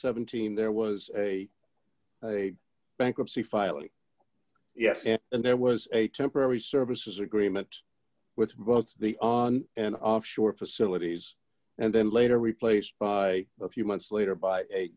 seventeen there was a bankruptcy filing yet and there was a temporary services agreement with both the on and off shore facilities and then later replaced by a few months later by a